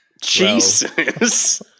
Jesus